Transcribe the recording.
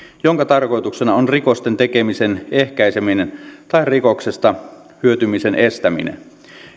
jonka tarkoituksena on rikosten tekemisen ehkäiseminen tai rikoksesta hyötymisen estäminen